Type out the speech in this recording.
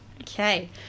okay